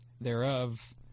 thereof